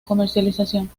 comercialización